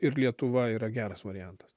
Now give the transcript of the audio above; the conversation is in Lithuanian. ir lietuva yra geras variantas